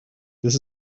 this